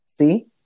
See